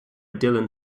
dylan